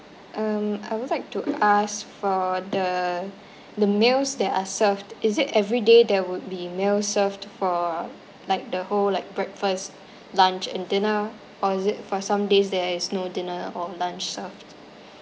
um I would like to ask for the the meals that are served is it every day there would be meals served for like the whole like breakfast lunch and dinner or is it for some days there is no dinner or lunch served